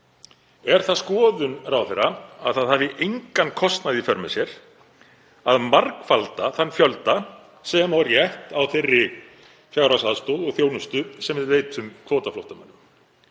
Er það skoðun ráðherra að það hafi engan kostnað í för með sér að margfalda þann fjölda sem á rétt á þeirri fjárhagsaðstoð og þjónustu sem við veitum kvótaflóttamönnum?